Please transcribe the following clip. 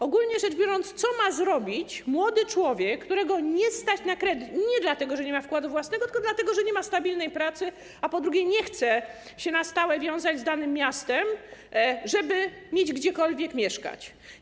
Ogólnie rzecz biorąc, co ma zrobić młody człowiek, którego nie stać na kredyt nie dlatego, że nie ma wkładu własnego, tylko dlatego, że nie ma stabilnej pracy, a poza tym nie chce on się na stałe wiązać z danym miastem, żeby mieć gdziekolwiek mieszkać?